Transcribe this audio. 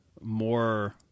more